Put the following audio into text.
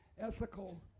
Ethical